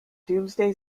domesday